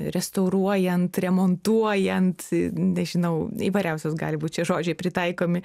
restauruojant remontuojant nežinau įvairiausios gali būt čia žodžiai pritaikomi